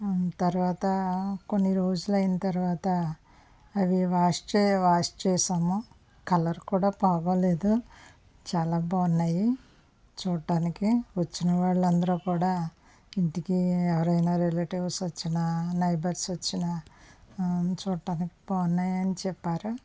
తర్వాత కొన్ని రోజులు అయిన తరువాత అవి వాష్ చేయి వాష్ చేసాము కలర్ కూడా పోలేదు చాలా బాగున్నాయి చూడటానికి కూర్చున్న వాళ్ళందరూ కూడా ఇంటికి ఎవరైనా రిలేటివ్స్ వచ్చినా నైబర్స్ వచ్చినా చూడటానికి బాగున్నాయి అని చెప్పారు